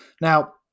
now